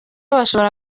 bashobora